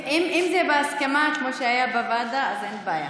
אם זה בהסכמה כמו שהיה בוועדה אז אין בעיה,